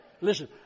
Listen